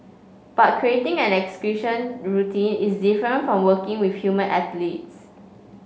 but creating an equestrian routine is different from working with human athletes